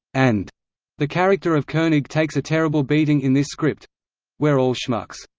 and the character of koenig takes a terrible beating in this script we're all schmucks.